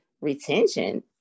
retention